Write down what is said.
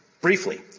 briefly